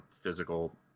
physical